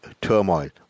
turmoil